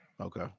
Okay